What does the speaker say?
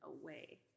away